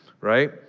right